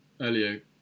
earlier